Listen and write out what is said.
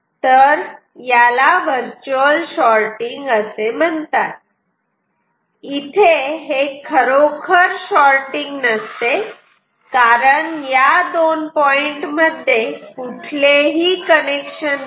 तर याला virtual shorting असे म्हणतात इथे हे खरोखर शॉटिंग नसते कारण या दोन पॉईंट मध्ये कुठलेही कनेक्शन नाही